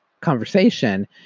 conversation